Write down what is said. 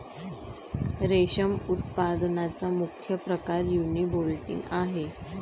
रेशम उत्पादनाचा मुख्य प्रकार युनिबोल्टिन आहे